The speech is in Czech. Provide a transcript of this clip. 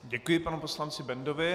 Děkuji panu poslanci Bendovi.